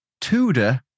Tudor